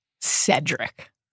Cedric